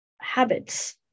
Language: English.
habits